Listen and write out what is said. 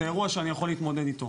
זה אירוע שאני יכול להתמודד איתו.